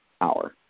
hour